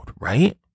right